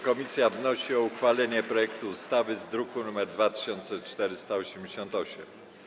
Komisja wnosi o uchwalenie projektu ustawy z druku nr 2488.